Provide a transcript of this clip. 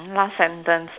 last sentence